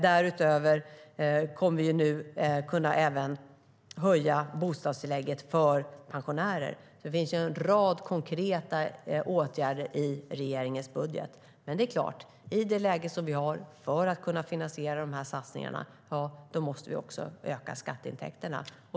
Därutöver kommer vi att höja bostadstillägget för pensionärer. Det finns alltså en rad konkreta åtgärder i regeringens budget, men för att i detta läge kunna finansiera dessa satsningar måste vi öka skatteintäkterna.